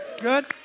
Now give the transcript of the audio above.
Good